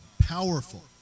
Powerful